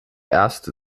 erste